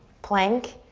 plank.